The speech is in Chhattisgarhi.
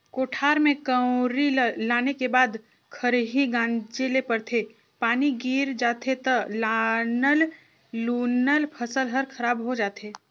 कोठार में कंवरी ल लाने के बाद खरही गांजे ले परथे, पानी गिर जाथे त लानल लुनल फसल हर खराब हो जाथे